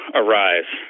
arise